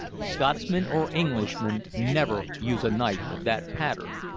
scotsmen or englishmen never use a knife of that pattern.